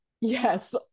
yes